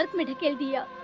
ah medical field.